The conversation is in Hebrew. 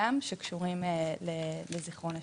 גם שקשורים לזיכרון השואה.